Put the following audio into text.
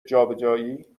جابجایی